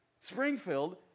Springfield